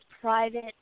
private